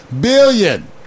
Billion